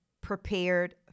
prepared